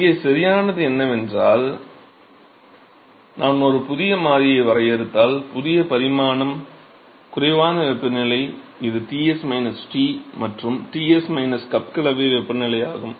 இங்கே சரியானது என்னவென்றால் நான் ஒரு புதிய மாறியை வரையறுத்தால் புதிய பரிமாணம் குறைவான வெப்பநிலை இது Ts T மற்றும் Ts கப் கலவை வெப்பநிலை ஆகும்